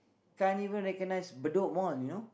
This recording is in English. can't even recognise Bedok Mall you know